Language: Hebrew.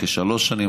כשלוש שנים,